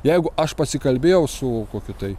jeigu aš pasikalbėjau su kokiu tai